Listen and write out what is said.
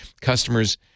Customers